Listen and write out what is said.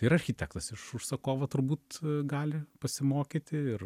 ir architektas iš užsakovo turbūt gali pasimokyti ir